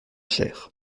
cher